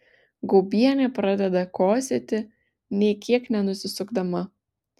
gaubienė pradeda kosėti nė kiek nenusisukdama